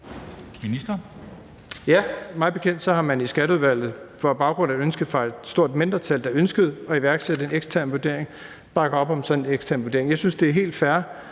Mig bekendt har man i Skatteudvalget på baggrund af et ønske fra et stort mindretal, der ønskede at iværksætte en ekstern vurdering, bakket op om sådan en ekstern vurdering. Jeg synes, det er helt fair